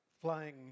flying